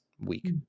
week